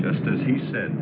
just as he said